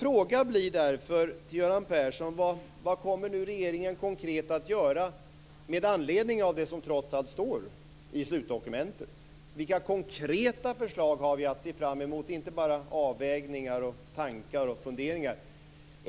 Jag vill därför fråga Göran Persson: Vad kommer regeringen nu konkret att göra med anledning av det som trots allt står i slutdokumentet? Vilka konkreta förslag har vi att se fram emot - inte bara avvägningar, tankar och funderingar?